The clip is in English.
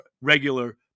regular